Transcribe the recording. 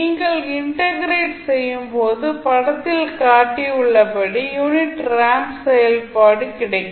நீங்கள் இன்டெக்ரேட் செய்யும் போது படத்தில் காட்டப்பட்டுள்ளபடி யூனிட் ரேம்ப் செயல்பாடு கிடைக்கும்